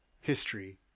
history